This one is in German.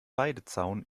weidezaun